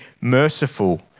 merciful